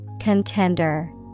Contender